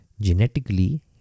Genetically